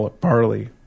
barley